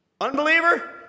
Unbeliever